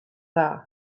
dda